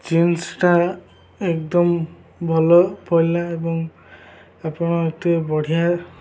ଜିନ୍ସଟା ଏକଦମ୍ ଭଲ ପଡ଼ିଲା ଏବଂ ଆପଣ ଏତେ ବଢ଼ିଆ